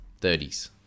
30s